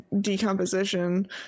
decomposition